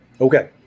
Okay